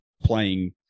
playing